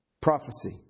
Prophecy